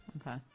okay